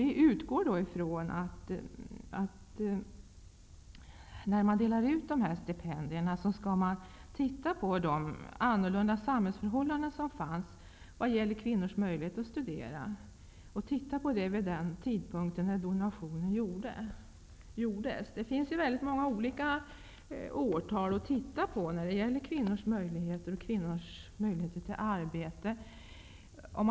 Vi utgår från att man vid utdelningen av stipendierna tar hänsyn till de annorlunda samhällsförhållanden som fanns i vad gäller kvinnors möjlighet till studier vid den tidpunkt då donationen gjordes. När det gäller kvinnors möjligheter till bl.a. arbete finns det många aktuella årstal.